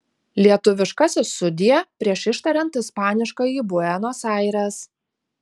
lietuviškasis sudie prieš ištariant ispaniškąjį buenos aires